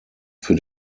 für